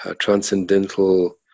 transcendental